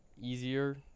easier